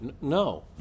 No